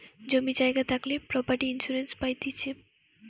জমি জায়গা থাকলে প্রপার্টি ইন্সুরেন্স পাইতিছে